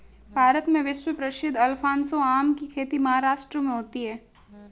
भारत में विश्व प्रसिद्ध अल्फांसो आम की खेती महाराष्ट्र में होती है